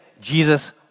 Jesus